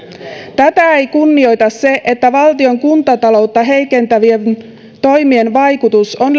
tätä ei kunnioita se että valtion kuntataloutta heikentävien toimien vaikutus on